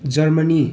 Germany